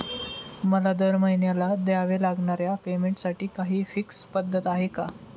मला दरमहिन्याला द्यावे लागणाऱ्या पेमेंटसाठी काही फिक्स पद्धत आहे का?